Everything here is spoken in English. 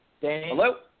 Hello